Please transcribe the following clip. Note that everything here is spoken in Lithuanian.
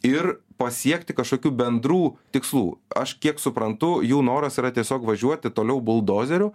ir pasiekti kažkokių bendrų tikslų aš kiek suprantu jų noras yra tiesiog važiuoti toliau buldozeriu